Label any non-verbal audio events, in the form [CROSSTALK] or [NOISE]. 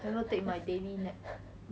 [LAUGHS]